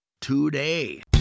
today